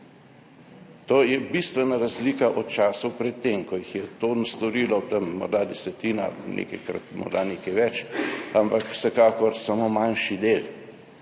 To je bistvena razlika od časov pred tem, ko jih je to storilo morda desetina, nekajkrat, morda nekaj več, ampak vsekakor samo manjši del.